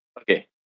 Okay